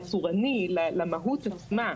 הצורני למהות עצמה,